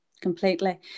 completely